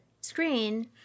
screen